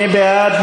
מי בעד?